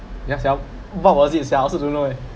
ya what was it I also don't know eh